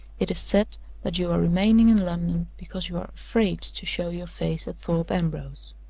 it is said that you are remaining in london because you are afraid to show your face at thorpe ambrose.